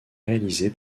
réalisée